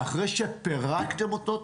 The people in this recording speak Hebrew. אחרי שפירקתם אותו,